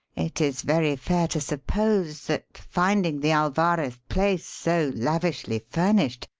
it is very fair to suppose that, finding the alvarez place so lavishly furnished,